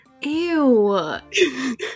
Ew